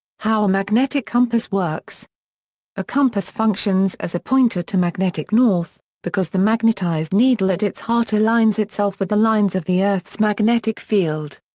how a magnetic compass works a compass functions as a pointer to magnetic north because the magnetized needle at its heart aligns itself with the lines of the earth's magnetic field.